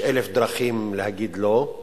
יש אלף דרכים להגיד לא,